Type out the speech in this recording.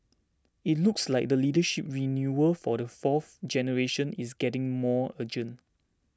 it looks like the leadership renewal for the fourth generation is getting more urgent